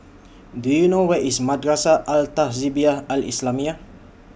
Do YOU know Where IS Madrasah Al Tahzibiah Al Islamiah